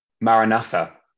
Maranatha